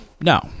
No